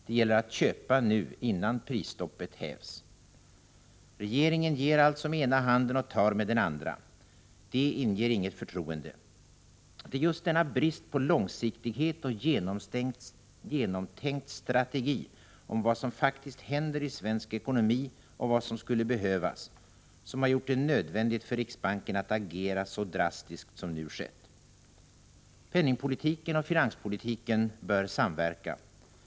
Det gäller att köpa nu, innan prisstoppet hävs. Regeringen ger alltså med ena handen och tar med den andra. Det inger naturligtvis inget förtroende. Det är just denna brist på långsiktighet och genomtänkt strategi om vad som faktiskt händer i svensk ekonomi och vad som skulle behövas som har gjort det nödvändigt för riksbanken att agera så drastiskt som nu skett. Penningpolitiken och finanspolitiken bör samverka.